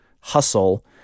hustle